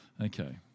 Okay